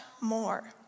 more